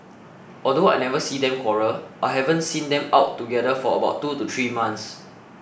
although I never see them quarrel I haven't seen them out together for about two to three months